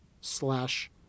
slash